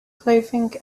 clothing